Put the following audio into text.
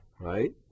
right